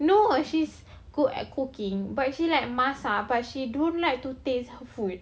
no she's good at cooking but she like masak but she don't like to taste her food